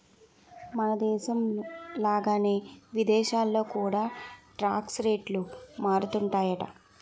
మనదేశం లాగానే విదేశాల్లో కూడా టాక్స్ రేట్లు మారుతుంటాయట